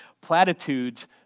platitudes